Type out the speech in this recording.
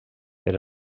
per